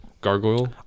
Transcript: gargoyle